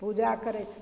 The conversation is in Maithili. पूजा करय छथिन